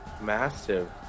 massive